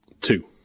Two